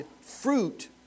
fruit